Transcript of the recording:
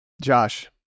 Josh